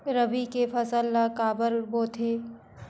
रबी के फसल ला काबर बोथे?